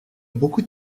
beaucoup